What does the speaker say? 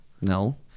No